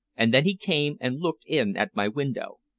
and then he came and looked in at my window.